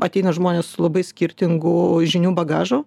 ateina žmonės su labai skirtingu žinių bagažu